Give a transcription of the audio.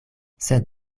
sed